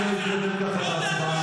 כץ, אי-אפשר להתקדם ככה בהצבעה.